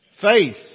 Faith